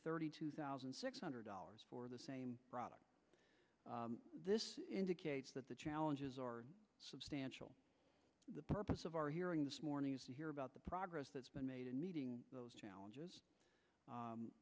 thirty two thousand six hundred dollars for the same product indicates that the challenges are substantial the purpose of our hearing this morning here about the progress that's been made in meeting those challenges